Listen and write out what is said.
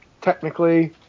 technically